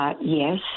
Yes